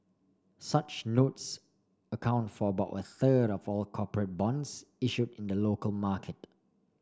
such notes account for about a third of all corporate bonds issue in the local market